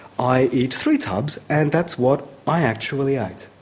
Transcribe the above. i eat three tubs and that's what i actually ate.